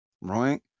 right